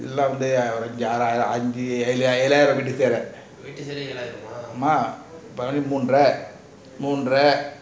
எல்லாம் வந்து ஆஞ்சு ஆறாயிரம் அஞ்சி ஏழராயிரம் வீடு செல்லம் ஆமா பதின்மூன்ற மூன்ற:ellam vanthu aanju aarayiram anji ezhraayiram veetu sellam ama pathimoonra moonra